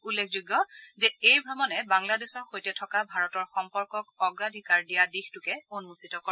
উল্লেখযোগ্য যে এই ভ্ৰমণে বাংলাদেশৰ সৈতে থকা ভাৰতৰ সম্পৰ্কক অগ্ৰাধিকাৰ দিয়া দিশটোকে উন্মোচিত কৰে